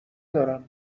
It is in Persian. دارم